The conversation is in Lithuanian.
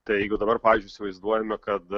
tai jeigu dabar pavyzdžiui įsivaizduojame kad